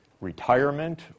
retirement